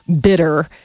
bitter